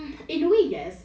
tak sangat ah